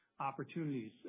Opportunities